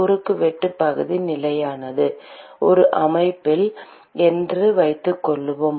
குறுக்குவெட்டு பகுதி நிலையானது ஒரு அமைப்பு என்று வைத்துக்கொள்வோம்